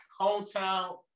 Hometown